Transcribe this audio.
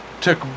took